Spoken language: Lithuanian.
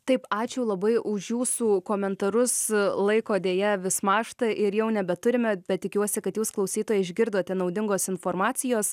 taip ačiū labai už jūsų komentarus laiko deja vis mąžta ir jau nebeturime bet tikiuosi kad jūs klausytojai išgirdote naudingos informacijos